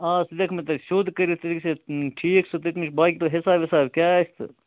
آ سُہ گژھِ مےٚ تتہِ سیوٚد کٔرِتھ سُہ گژھِ ٹھیٖک سُہ تتہِ نَس باقٕے کیٛاہ حساب وصاب کیٛاہ آسہِ تہٕ